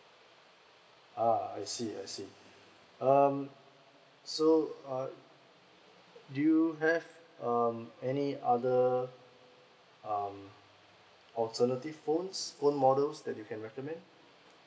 uh I see I see um so uh do you have um any other um alternative phones phone models that you can recommend